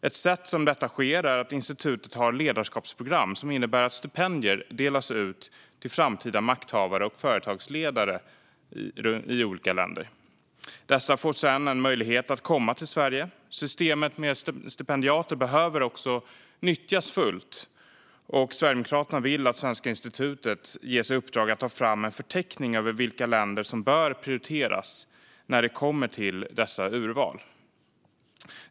Ett sätt som detta sker på är att institutet har ledarskapsprogram som innebär att stipendier delas ut till framtida makthavare och företagsledare i olika länder. Dessa får sedan en möjlighet att komma till Sverige. Systemet med stipendiater behöver nyttjas fullt ut. Sverigedemokraterna vill att Svenska institutet ges i uppdrag att ta fram en förteckning över vilka länder som bör prioriteras när det kommer till dessa urval.